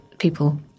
people